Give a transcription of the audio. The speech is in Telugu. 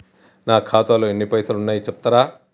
నా ఖాతాలో ఎన్ని పైసలు ఉన్నాయి చెప్తరా?